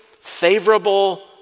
favorable